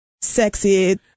sexy